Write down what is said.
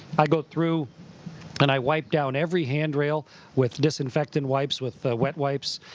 i go through and i wipe down every handrail with disinfectant wipes, with wet wipes,